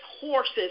horses